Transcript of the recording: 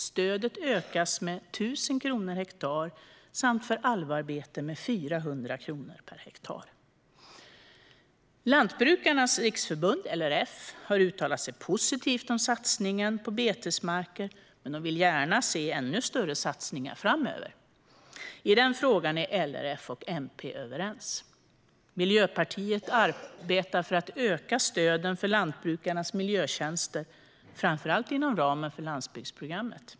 Stödet ökas med 1 000 kronor per hektar, samt för alvarbete med 400 kronor per hektar. Lantbrukarnas riksförbund, LRF, har uttalat sig positivt om satsningarna på betesmarker men vill gärna se ännu större satsningar framöver. I den frågan är LRF och MP överens. Miljöpartiet arbetar för att öka stöden för lantbrukarnas miljötjänster, framför allt inom ramen för landsbygdsprogrammet.